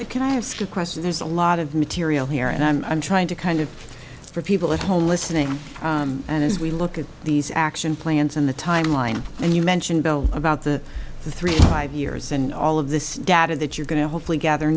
do can i ask a question there's a lot of material here and i'm trying to kind of for people at home listening and as we look at these action plans in the timeline and you mentioned bell about the three five years and all of this data that you're going to hopefully gather